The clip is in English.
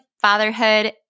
fatherhood